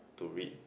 to read